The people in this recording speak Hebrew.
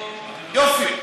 יופי.